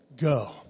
go